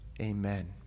Amen